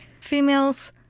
Females